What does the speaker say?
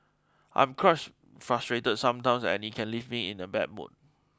I am crush frustrated sometimes and it can leave me in a bad mood